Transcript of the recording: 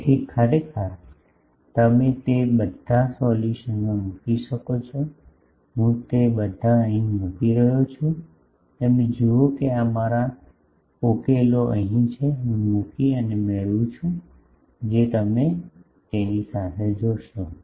તેથી તમે ખરેખર તે બધાં સોલ્યુશન્સમાં મૂકી શકો છો હું તે બધા અહીં મૂકી રહ્યો છું તમે જુઓ કે આ મારા ઉકેલો અહીં છે હું મૂકી અને મેળવું છું જો તમે તેની સાથે જોશો